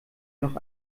noch